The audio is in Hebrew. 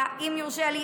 אם יורשה לי,